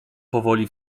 powoli